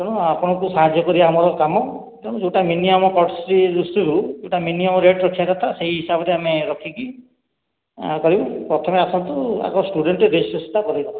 ତେଣୁ ଆପଣଙ୍କୁ ସାହାଯ୍ୟ କରିବା ଆମର କାମ ତେଣୁ ଯେଉଁଟା ମିନିମମ୍ କଟ୍ସି ଦୃଷ୍ଟି ରୁ ଯେଉଁଟା ମିନିମମ୍ ରେଟ୍ ରଖିବା କଥା ସେହି ହିସାବରେ ଆମେ ରଖିକି ଏ କରିବୁ ପ୍ରଥମେ ଆସନ୍ତୁ ଆଗ ଷ୍ଟୁଡେଣ୍ଟ ରେଜିଷ୍ଟ୍ରେସନ ଟା କରିଦେବା